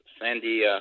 Sandy